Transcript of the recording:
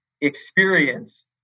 experience